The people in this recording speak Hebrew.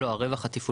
לא, הרווח התפעולי.